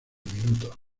minutos